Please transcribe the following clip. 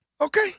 okay